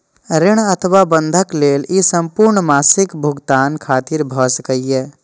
ऋण अथवा बंधक लेल ई संपूर्ण मासिक भुगतान खातिर भए सकैए